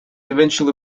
eventually